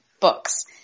books